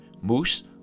moose